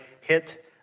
hit